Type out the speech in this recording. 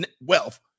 wealth